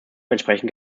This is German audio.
entsprechend